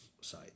side